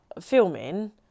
filming